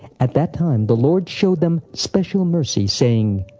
at that time the lord showed them special mercy, saying,